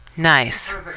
Nice